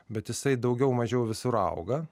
bet jisai daugiau mažiau visur auga